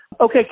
Okay